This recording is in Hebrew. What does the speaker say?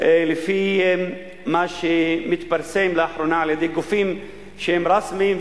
לפי מה שהתפרסם לאחרונה על-ידי גופים שהם רסמיים,